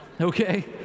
okay